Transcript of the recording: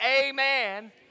Amen